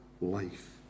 life